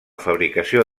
fabricació